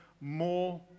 more